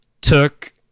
took